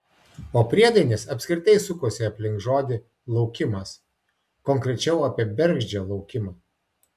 o priedainis apskritai sukosi aplink žodį laukimas konkrečiau apie bergždžią laukimą